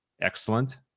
excellent